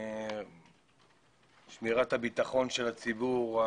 שמירת הביטחון של הציבור,